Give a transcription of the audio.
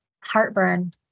heartburn